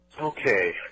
Okay